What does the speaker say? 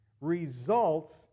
results